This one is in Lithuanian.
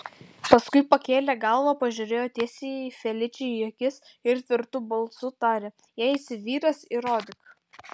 paskui pakėlė galvą pažiūrėjo tiesiai feličei į akis ir tvirtu balsu tarė jei esi vyras įrodyk